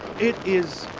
it is,